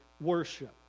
worship